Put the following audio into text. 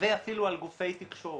ואפילו על גופי תקשורת.